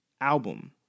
album